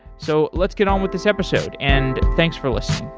so let's get on with this episode, and thanks for listening.